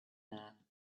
there